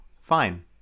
fine